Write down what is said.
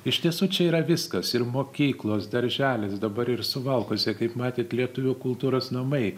iš tiesų čia yra viskas ir mokyklos darželis dabar ir suvalkuose kaip matėt lietuvių kultūros namai